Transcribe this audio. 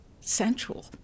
sensual